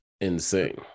insane